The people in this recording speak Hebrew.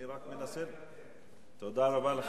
מוותר, מוותר.